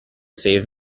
save